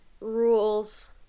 rules